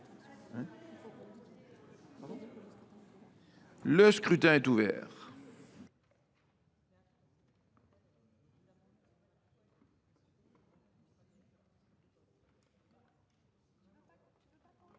Le scrutin est ouvert.